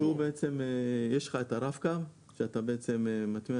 שהוא בעצם יש לך את הרב קו שאתה בעצם מטמיע